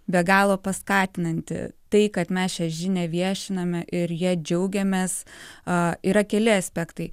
be galo paskatinanti tai kad mes šią žinią viešiname ir ja džiaugiamės a yra keli aspektai